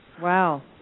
Wow